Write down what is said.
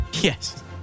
Yes